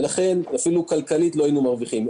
ולכן אפילו כלכלית לא היינו מרוויחים.